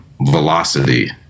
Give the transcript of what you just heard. velocity